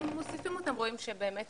אם מוסיפים אותם רואים שבאמת